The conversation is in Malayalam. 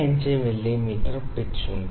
25 മില്ലിമീറ്റർ പിച്ച് ഉണ്ട്